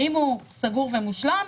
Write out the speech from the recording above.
האם הוא סגור ומושלם?